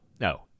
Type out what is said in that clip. no